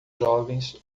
jovens